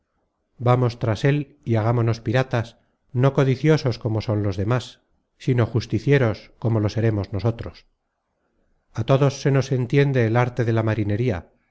vamos tras él y hagámonos piratas no codiciosos como son los demas sino justicieros como lo seremos nosotros a todos se nos entiende el arte de la marinería